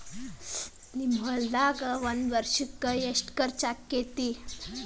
ನಿಮ್ಮ ಹೊಲ್ದಾಗ ಒಂದ್ ವರ್ಷಕ್ಕ ಎಷ್ಟ ಖರ್ಚ್ ಆಕ್ಕೆತಿ?